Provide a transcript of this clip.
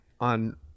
on